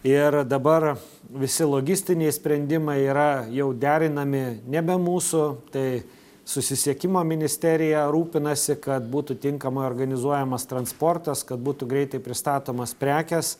ir dabar visi logistiniai sprendimai yra jau derinami nebe mūsų tai susisiekimo ministerija rūpinasi kad būtų tinkamai organizuojamas transportas kad būtų greitai pristatomos prekės